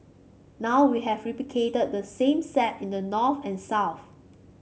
now we have replicated the same set in the north and south